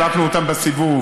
החלפנו אותן בסיבוב,